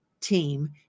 team